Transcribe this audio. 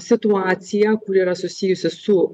situaciją kuri yra susijusi su